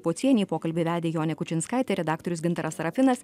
pocienei pokalbį vedė jonė kučinskaitė redaktorius gintaras sarafinas